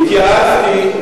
התייעצתי,